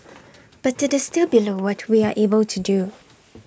but IT is still below what we are able to do